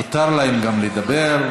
מותר להם גם לדבר,